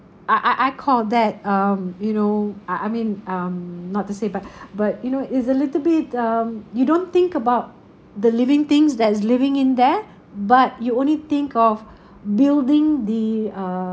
I I I call that um you know I I mean um not to say but but you know it's a little bit um you don't think about the living things that is living in there but you only think of building the